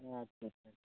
ᱟᱪᱪᱷᱟ ᱟᱪᱪᱷᱟ